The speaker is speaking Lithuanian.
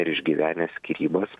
ir išgyvenęs skyrybas